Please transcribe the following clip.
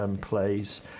plays